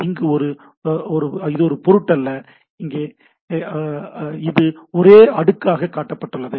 இங்கு இது ஒரு பொருட்டல்ல இங்கே இது ஒரே அடுக்காக காட்டப்பட்டுள்ளது